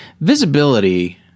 visibility